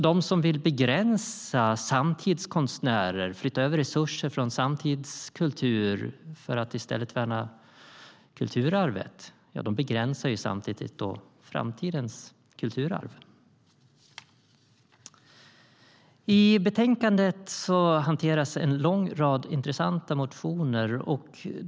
De som vill begränsa samtidskonstnärer och flytta över resurser från samtidskultur för att i stället värna kulturarvet begränsar samtidigt framtidens kulturarv. I betänkandet hanteras en lång rad intressanta motioner.